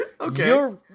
Okay